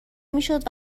میشد